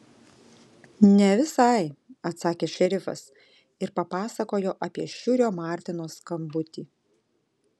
ne visai atsakė šerifas ir papasakojo apie šiurio martino skambutį